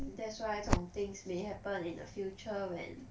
that's why 这种 things may happen in the future when